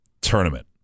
tournament